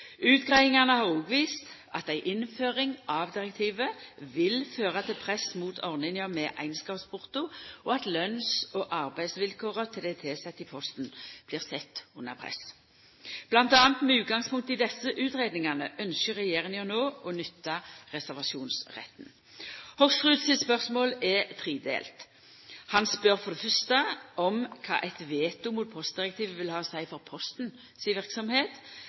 Utgreiingane har òg vist at ei innføring av direktivet vil føra til press mot ordninga med einskapsporto, og at lønns- og arbeidsvilkåra til dei tilsette i Posten blir sette under press. Mellom anna med utgangspunkt i desse utgreiingane ynskjer regjeringa no å nytta reservasjonsretten. Hoksrud sitt spørsmål er tredelt. Han spør for det fyrste om kva eit veto mot postdirektivet vil ha å seia for Posten si